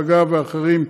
מג"ב ואחרים,